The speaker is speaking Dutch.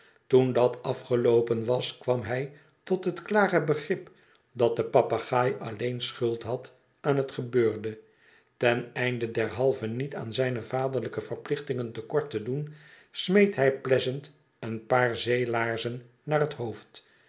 toen dat afgeloopen was kwam hij tot het klare begrip dat de papegaai alleen schuld had aan het gebeurde ten einde derhalve niet aan zijne vaderlijke verplichtingen te kort te doen smeet hij pleasant een paar zeelaarzen naar het hoofd